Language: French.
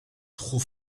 trop